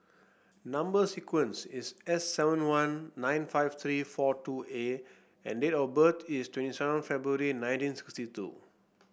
number sequence is S seven one nine five three four two A and date of birth is twenty seven February nineteen sixty two